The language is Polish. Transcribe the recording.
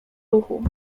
ruchu